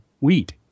wheat